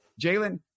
Jalen